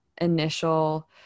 initial